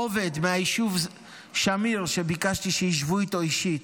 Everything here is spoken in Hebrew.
עובד מהיישוב שמיר, שביקשתי שישבו איתו אישית,